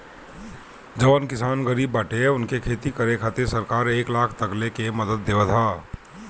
जवन किसान गरीब बाटे उनके खेती करे खातिर सरकार एक लाख तकले के मदद देवत ह